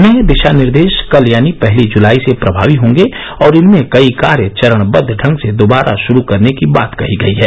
नए दिशा निर्देश कल यानी पहली जुलाई से प्रभावी होंगे और इनमें कई कार्य चरणबद्द ढंग से दोबारा शुरु करने की बात कही गई है